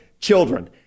children